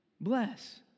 Bless